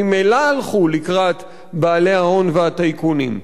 שממילא הלכו לקראת בעלי ההון והטייקונים.